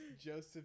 joseph